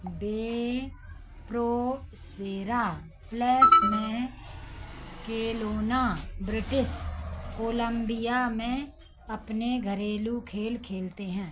वे Prospera Place में Kelowna British Columbia में अपने घरेलू खेल खेलते हैं